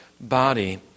body